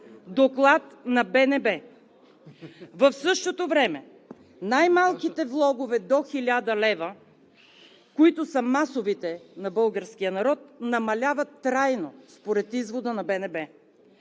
Доклад на БНБ. В същото време най-малките влогове до 1000 лв., които са масови, на българския народ, намаляват трайно според извода на БНБ.